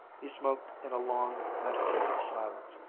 he smoked in a long, meditative silence,